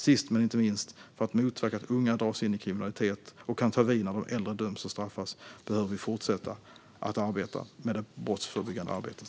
Sist men inte minst: För att motverka att unga dras in i kriminalitet och kan ta vid när de äldre döms och straffas, behöver vi fortsätta att arbeta med det brottsförebyggande arbetet.